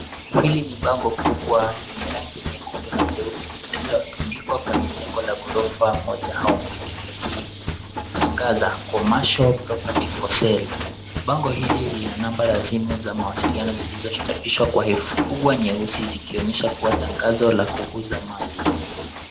Hili ni bango kubwa lenye rangi ya nyekundu na jeupe lililotundikwa kwenye jengo la ghorofa moja au mbili likitangaza "commercial property for sale". Bango hili linz number za simu za mawasiliano zilizochapishwa kwa herufi kubwa nyeusi zikionyesha kuwa tangazo la kuuza mali.